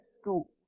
school